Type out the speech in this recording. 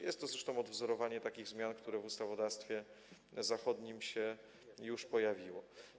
Jest to zresztą odwzorowanie takich zmian, które w ustawodawstwie zachodnim już się pojawiły.